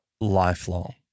lifelong